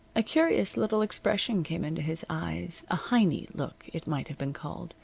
a curious little expression came into his eyes a heiny look, it might have been called,